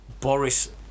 boris